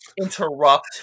Interrupt